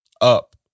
up